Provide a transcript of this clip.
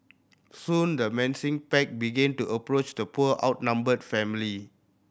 soon the menacing pack began to approach the poor outnumbered family